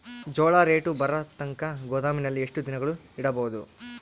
ಜೋಳ ರೇಟು ಬರತಂಕ ಗೋದಾಮಿನಲ್ಲಿ ಎಷ್ಟು ದಿನಗಳು ಯಿಡಬಹುದು?